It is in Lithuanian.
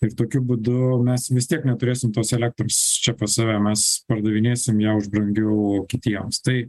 ir tokiu būdu mes vis tiek neturėsim tos elektros čia pas save mes pardavinėsim ją už brangiau kitiems tai